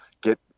get